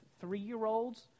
three-year-olds